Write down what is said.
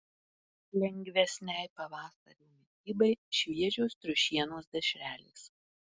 lengvesnei pavasario mitybai šviežios triušienos dešrelės